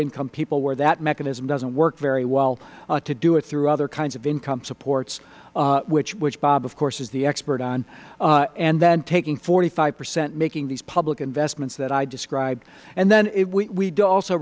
income people where that mechanism doesn't work very well to do it through other kinds of income supports which bob of course is the expert on and then taking forty five percent making these public investments that i described and then we